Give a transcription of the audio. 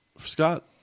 Scott